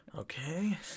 okay